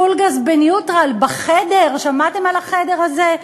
פול גז בניוטרל בחדר, שמעתם על החדר הזה?